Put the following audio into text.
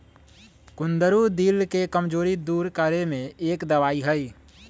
कुंदरू दिल के कमजोरी दूर करे में एक दवाई हई